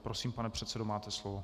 Prosím, pane předsedo, máte slovo.